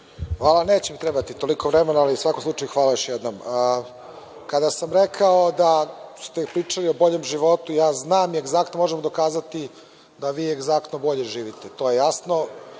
Hvala. Neće mi trebati toliko vremena, ali u svakom slučaju hvala još jednom. Kada sam rekao da ste pričali o boljem životu, ja znam i egzaktno možemo dokazati da vi egzaktno bolje živite. To je jasno,